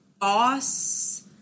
boss